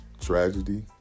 Tragedy